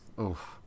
Oof